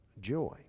joy